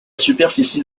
superficie